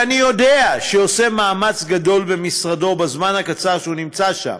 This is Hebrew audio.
אני יודע שהוא עושה מאמץ גדול במשרדו בזמן הקצר שהוא נמצא שם.